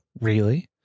really